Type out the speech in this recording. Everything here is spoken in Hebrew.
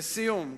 לסיום,